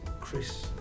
Chris